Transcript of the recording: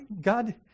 God